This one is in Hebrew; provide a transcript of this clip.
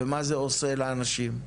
ומה זה עושה לאנשים?